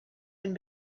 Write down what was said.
and